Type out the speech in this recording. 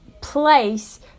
place